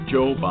Joe